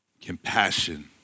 compassion